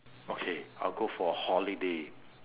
okay I'll go for a holiday